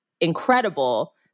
incredible